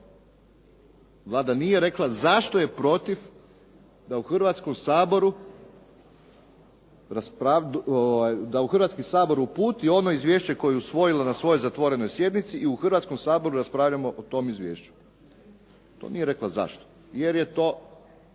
Vlada nije rekla zašto je protiv da u Hrvatski sabor uputi ono izvješće koje je usvojila na svojoj zatvorenoj sjednici i u Hrvatskom saboru raspravljamo o tome izvješću. To nije rekla zašto. Jer je to